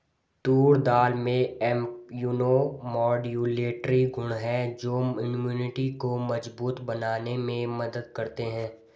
तूर दाल में immunomodulatory गुण हैं जो इम्यूनिटी को मजबूत बनाने में मदद करते है